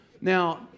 Now